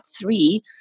three